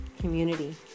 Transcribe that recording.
community